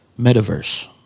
metaverse